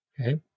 Okay